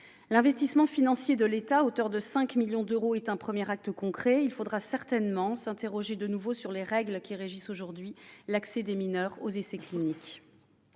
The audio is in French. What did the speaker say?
L'investissement financier de l'État, à hauteur de 5 millions d'euros, est un premier acte concret. Il faudra certainement s'interroger de nouveau sur les règles qui régissent aujourd'hui l'accès des mineurs aux essais cliniques.